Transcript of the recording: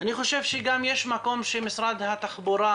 אני חושב שגם יש מקום שמשרד התחבורה